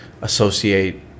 associate –